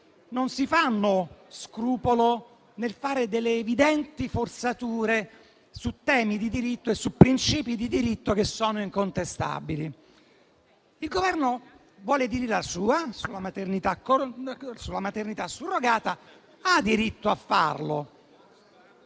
non si fanno scrupolo nel fare delle evidenti forzature su temi e principi di diritto che sono incontestabili. Il Governo vuole dire la sua sulla maternità surrogata ed ha diritto a farlo;